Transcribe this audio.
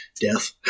death